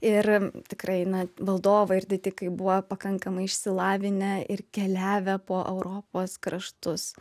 ir tikrai na valdovai ir didikai buvo pakankamai išsilavinę ir keliavę po europos kraštus